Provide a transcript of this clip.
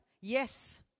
Yes